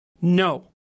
No